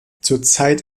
zurzeit